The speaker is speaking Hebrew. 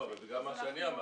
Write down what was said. לא, בגלל מה שאני אמרתי.